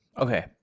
Okay